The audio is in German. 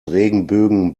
regenbögen